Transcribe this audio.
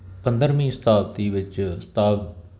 ਪੰਦਰਵੀਂ ਸ਼ਤਾਬਤੀ ਵਿੱਚ ਸਤਾ